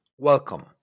Welcome